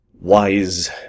wise